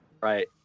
Right